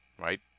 right